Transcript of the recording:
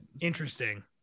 Interesting